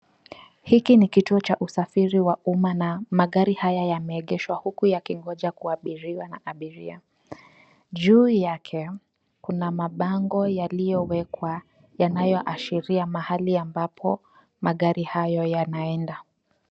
Hiki ni kituo cha usafiri wa uma na magari haya yameegeshwa huko yakingoja kuabiriwa na abiria. Juu yake kuna mabango yaliyo wekwa yanayo ashiria mahali ambapo magari hayo yanaenda.